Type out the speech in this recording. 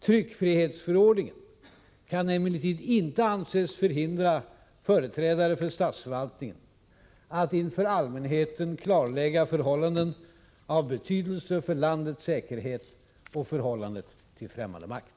Tryckfrihetsförordningen kan emellertid inte anses förhindra företrädare för statsförvaltningen att inför allmänheten klarlägga förhållanden av betydelse för landets säkerhet och förhållandet till fftämmande makt.